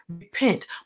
repent